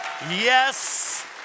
Yes